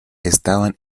estaban